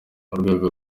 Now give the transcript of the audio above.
urwego